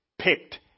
picked